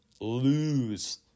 Lose